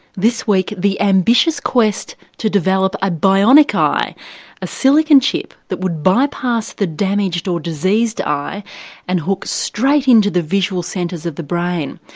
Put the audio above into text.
this week, the ambitious quest to develop a bionic eye a silicon chip that would bypass the damaged or diseased eye and hook straight into the visual centres of the brain.